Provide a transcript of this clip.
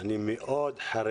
באופן אישי אני מאוד חרד